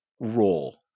role